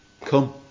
Come